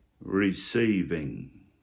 receiving